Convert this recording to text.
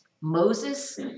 Moses